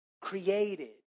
created